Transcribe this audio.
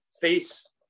face